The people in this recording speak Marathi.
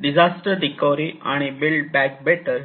डिजास्टर रिकव्हरी आणि बिल्ड बॅक बेटर